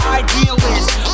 idealist